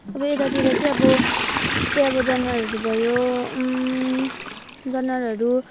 अब यतातिर चाहिँ अब त्यस्तै अब जनावरहरू भयो जनावरहरू